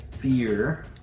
fear